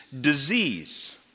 disease